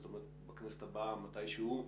זאת אומרת בכנסת הבאה מתי שהוא,